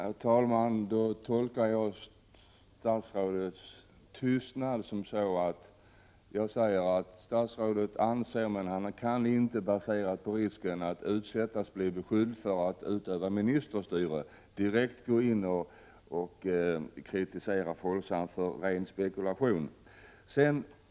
Herr talman! Då tolkar jag statsrådets tystnad så att statsrådet anser att Folksam har ägnat sig åt ren spekulation men att han inte vill direkt kritisera bolaget, eftersom han inte vill utsätta sig för risken att bli beskylld för att utöva ministerstyre.